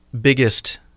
biggest